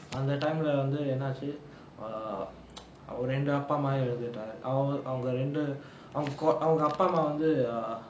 அந்த:antha time leh வந்து என்னாச்சு:vanthu ennaachu err ரெண்டு அப்பா அம்மா எலந்துட்டா அவ அவங்க ரெண்டு அவங்க அவங்க அப்பா அம்மா வந்து:rendu appa amma elanthuttaa ava avanga rendu avanga avanga appa amma vanthu err